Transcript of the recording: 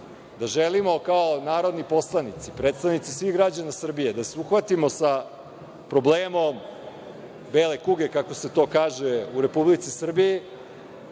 da želimo kao narodni poslanici, predstavnici svih građana Srbije, da se uhvatimo sa problemom bele kuge, kako se to kaže u Republici Srbiji,